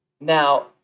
Now